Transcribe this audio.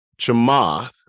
chamath